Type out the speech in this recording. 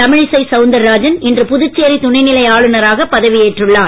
தமிழிசை சவுந்தரராஜன் இன்று புதுச்சேரி துணைநிலை ஆளுனராக பதவி ஏற்றுள்ளார்